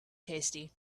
tasty